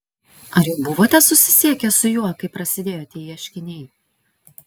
ar jau buvote susisiekęs su juo kai prasidėjo tie ieškiniai